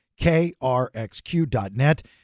krxq.net